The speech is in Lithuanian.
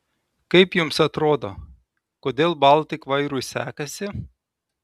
kaip jums atrodo kodėl baltik vairui sekasi